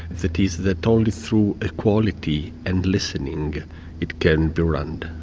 that is, that only through equality and listening it can be run.